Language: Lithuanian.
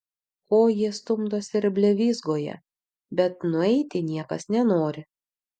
ko jie stumdosi ir blevyzgoja bet nueiti niekas nenori